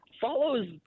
follows